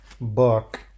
book